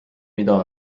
mida